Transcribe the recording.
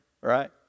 Right